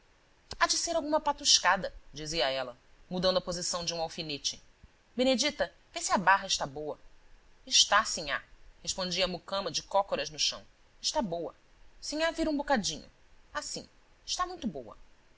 há de ser alguma patuscada dizia ela mudando a posição de um alfinete benedita vê se a barra está boa está sinhá respondia a mucama de cócoras no chão está boa sinhá vira um bocadinho assim está muito boa